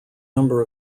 number